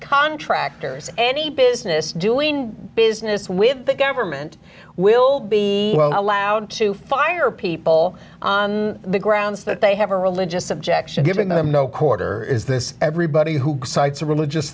contractors any business doing business with the government will be allowed to fire people on the grounds that they have a religious objection giving them no quarter is this everybody who cites a religious